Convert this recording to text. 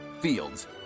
Fields